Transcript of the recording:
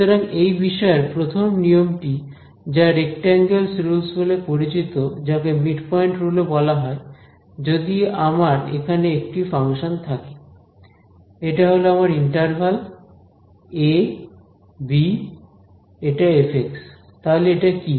সুতরাং এই বিষয়ের প্রথম নিয়মটি যা রেক্টাঙ্গেল রুলস বলে পরিচিত যাকে মিডপয়েন্ট রুল ও বলা হয় যদি আমার এখানে একটি ফাংশন থাকে এটা হল আমার ইন্টারভাল এ বি এটা f তাহলে এটা কি